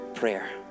prayer